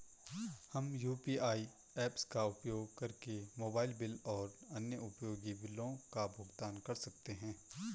हम UPI apps का उपयोग करके मोबाइल बिल और अन्य उपयोगी बिलों का भुगतान कर सकते हैं